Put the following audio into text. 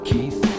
Keith